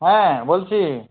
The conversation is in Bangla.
হ্যাঁ বলছি